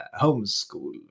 homeschool